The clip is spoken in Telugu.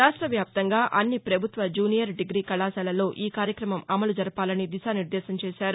రాష్ట వ్యాప్తంగా అన్ని పభుత్వ జూనియర్ డిగ్రీ కళాశాలల్లో ఈ కార్యక్రమం అమలు జరపాలని దిశానిర్దేశం చేశారు